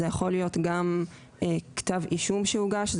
זה יכול להיות גם כתב אישום שהוגש.